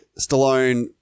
Stallone